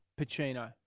Pacino